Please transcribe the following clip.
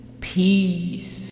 peace